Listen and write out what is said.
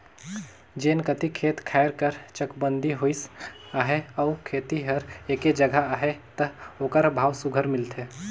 जेन कती खेत खाएर कर चकबंदी होइस अहे अउ खेत हर एके जगहा अहे ता ओकर भाव सुग्घर मिलथे